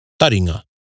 Taringa